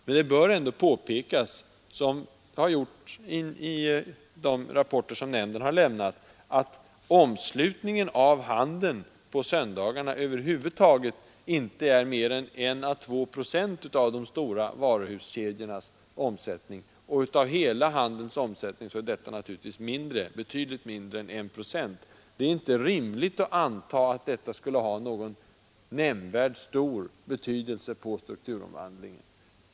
Men det bör ändå påpekas — som det har gjorts i de rapporter nämnden lämnat — att handeln på söndagar över huvud taget inte utgör mer än en å två procent av de stora varuhuskedjornas omsättning. Av hela handelns omsättning är detta naturligtvis betydligt mindre än en procent. Det är inte rimligt att anta att en så liten andel skulle ha någon nämnvärd betydelse på strukturomvandlingen.